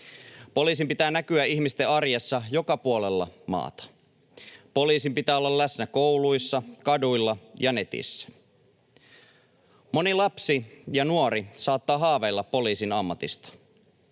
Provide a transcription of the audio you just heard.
Poliisin pitää näkyä ihmisten arjessa joka puolella maata. Poliisin pitää olla läsnä kouluissa, kaduilla ja netissä. Moni lapsi ja nuori saattaa haaveilla poliisin ammatista.